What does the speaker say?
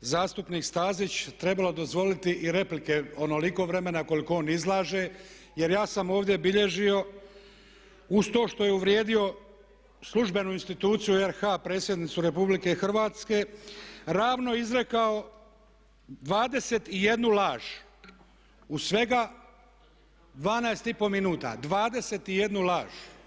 zastupnik Stazić trebalo dozvoliti i replike onoliko vremena koliko on izlaže, jer ja sam ovdje bilježio uz to što je uvrijedio službenu instituciju RH predsjednicu RH, ravno izrekao 21 laž u svega 12 i pol minuta 21 laž.